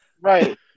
Right